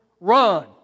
Run